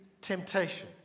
temptation